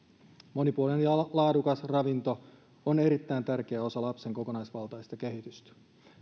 monipuolinen ja laadukas ravinto on erittäin tärkeä osa lapsen kokonaisvaltaista kehitystä